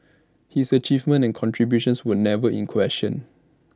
his achievements and contributions would never in question